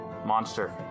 monster